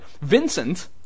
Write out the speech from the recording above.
Vincent